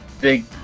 big